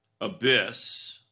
abyss